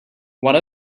one